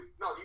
No